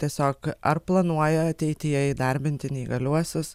tiesiog ar planuoja ateityje įdarbinti neįgaliuosius